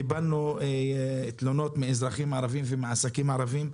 קיבלנו תלונות מאזרחים ערבים ומעסקים ערביים,